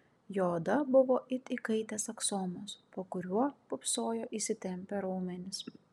jo oda buvo it įkaitęs aksomas po kuriuo pūpsojo įsitempę raumenys